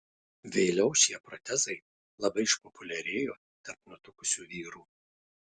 vėliau šie protezai labai išpopuliarėjo tarp nutukusių vyrų